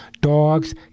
dogs